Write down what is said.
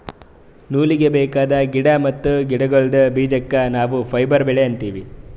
ನೂಲೀಗಿ ಬೇಕಾದ್ ಗಿಡಾ ಮತ್ತ್ ಗಿಡಗೋಳ್ದ ಬೀಜಕ್ಕ ನಾವ್ ಫೈಬರ್ ಬೆಳಿ ಅಂತೀವಿ